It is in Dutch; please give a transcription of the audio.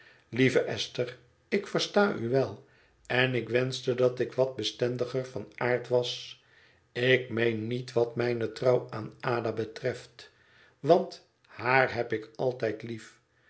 lieve esther ik versta u wel en ik wenschte dat ik wat bestendiger van aard was ik meen niet wat mijne trouw aan ada betreft want haar heb ik altijd lief